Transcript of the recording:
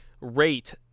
rate